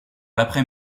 l’après